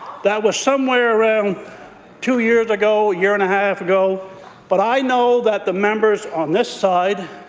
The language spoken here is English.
that was somewhere around two years ago, a year-and-a-half ago but, i know that the members on this side